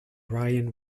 ryan